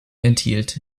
enthielt